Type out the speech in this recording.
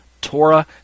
Torah